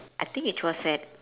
I think it was at